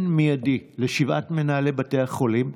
תביאו את התקציב השנה באופן מיידי לשבעת מנהלי בתי החולים,